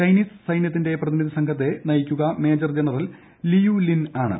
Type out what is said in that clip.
Chinese സൈനൃത്തിന്റെ പ്രതിനിധി സംഘത്തെ നയിക്കുക മേജർ ജനറൽ ലിയു ലിൻ ആണ്